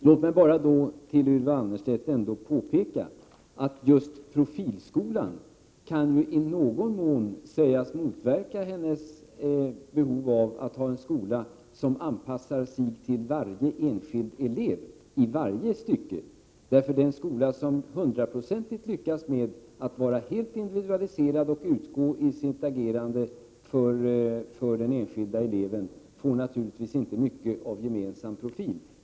Låt mig bara för Ylva Annerstedt påpeka att just profilskolan i någon mån kan sägas motverka hennes behov av en skola som anpassar sig till varje enskild elev i varje stycke, för den skola som hundraprocentigt lyckas med att vara helt individualiserad och i sitt agerande utgå från den enskilda eleven får naturligtvis inte mycket av gemensam profil.